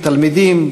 תלמידים,